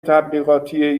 تبلیغاتی